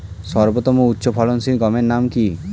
সর্বতম উচ্চ ফলনশীল গমের নাম কি?